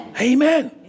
Amen